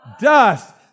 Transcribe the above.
Dust